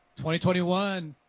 2021